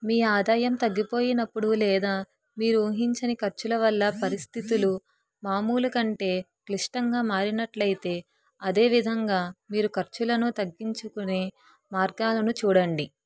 మీ ఆదాయం తగ్గిపోయినప్పుడు లేదా మీరు ఊహించని ఖర్చుల వల్ల పరిస్థితులు మామూలు కంటే క్లిష్టంగా మారినట్లయితే అదేవిధంగా మీరు ఖర్చులను తగ్గించుకునే మార్గాలను చూడండి